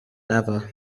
ever